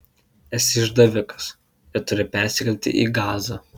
esi išdavikas ir turi persikelti į gazą